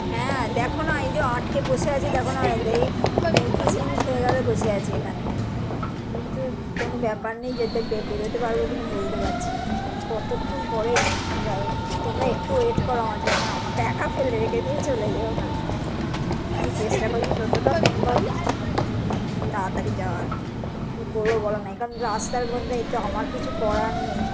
হ্যাঁ দেখো না এইযো আটকে বসে আছি দেখো না এই পঁয়ত্রিশ মিনিট হয়ে গেল বসে আছি এখানে কিন্তু কোনো ব্যাপার নেই যেতে বেরোতে পারবো কিনা বলতে পারছি না কতোক্ষণ পরের যাই হোক তোমরা একটু ওয়েট করো আমার জন্য আমাকে একা ফেলে রেখে দিয়ে চলে যেও না আমি চেষ্টা করছি যতোটা সম্ভব তাড়াতাড়ি যাওয়ার কী করবো বলো না এখানে তো রাস্তার মধ্যেই তো আমার কিছু করার নেই